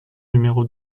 numéro